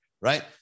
right